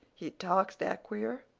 he talks dat queer.